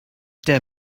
der